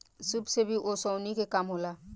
सूप से भी ओसौनी के काम होला